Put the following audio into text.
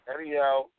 Anyhow